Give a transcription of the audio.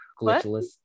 glitchless